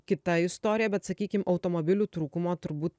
kita istorija bet sakykim automobilių trūkumo turbūt